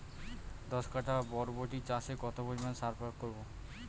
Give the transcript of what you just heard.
দশ কাঠা বরবটি চাষে কত পরিমাণ সার প্রয়োগ করব?